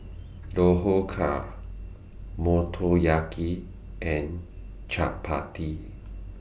Dhokla Motoyaki and Chapati